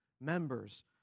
members